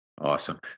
Awesome